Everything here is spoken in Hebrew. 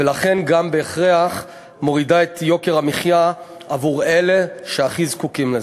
ולכן גם בהכרח מורידה את יוקר המחיה עבור אלה שהכי זקוקים לזה.